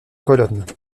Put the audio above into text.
colonnes